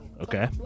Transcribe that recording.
okay